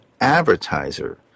advertiser